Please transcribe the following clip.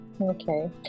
Okay